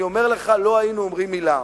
אני אומר לך, לא היינו אומרים מלה.